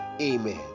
Amen